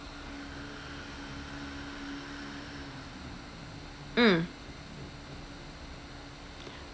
mm